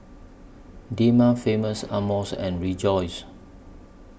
Dilmah Famous Amos and Rejoice